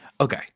Okay